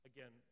Again